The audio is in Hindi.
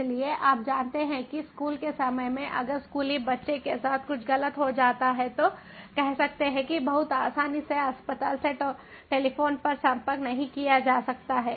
इसलिए आप जानते हैं कि स्कूल के समय में अगर स्कूली बच्चों के साथ कुछ गलत हो जाता है तो कह सकते हैं कि बहुत आसानी से अस्पताल से टेलीफोन पर संपर्क नहीं किया जा सकता है